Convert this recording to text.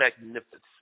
magnificent